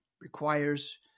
requires